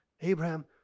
Abraham